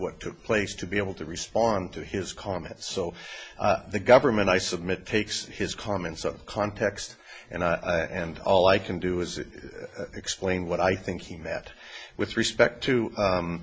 what took place to be able to respond to his comment so the government i submit takes his comments out of context and i and all i can do is explain what i think he met with respect to